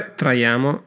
traiamo